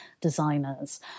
designers